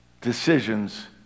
decisions